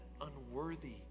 unworthy